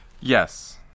Yes